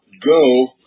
go